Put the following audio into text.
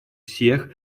всех